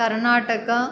Karnataka